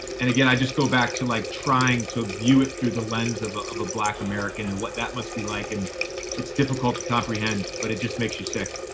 and again, i just go back to, like, trying to view it through the lens of ah of a black american and what that must be like, and it's difficult to comprehend, but it just makes you sick.